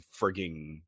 frigging